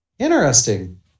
Interesting